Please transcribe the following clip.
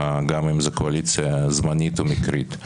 גם אם זאת קואליציה זמנית או מקרית,